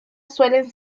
suelen